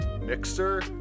mixer